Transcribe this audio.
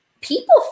people